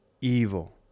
evil